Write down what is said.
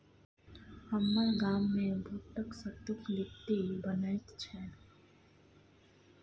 हमर गाममे बूटक सत्तुक लिट्टी बनैत छै